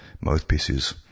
mouthpieces